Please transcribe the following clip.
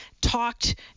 talked